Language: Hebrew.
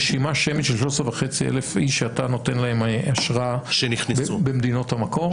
רשימה שמית של 13,500 איש שאתה נותן להם אשרה במדינות המקור?